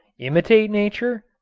imitate nature?